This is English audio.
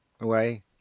away